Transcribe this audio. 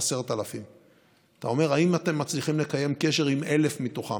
10,000. אתה אומר: האם אתם מצליחים לקיים קשר עם 1,000 מתוכם?